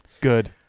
Good